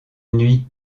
nuit